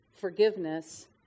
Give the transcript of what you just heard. forgiveness